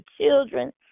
children